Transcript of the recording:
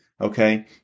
Okay